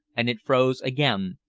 and it froze again.